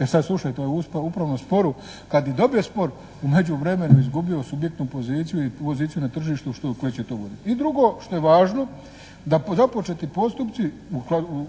E sad slušajte. U upravnom sporu kad bi i dobio spor u međuvremenu izgubio subjektnu poziciju i poziciju na tržištu koje će to voditi. I drugo što je važno da započeti postupci